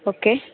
okay